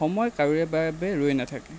সময় কাৰোৰে বাবে ৰৈ নাথাকে